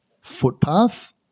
footpath